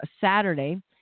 Saturday